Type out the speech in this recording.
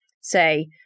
say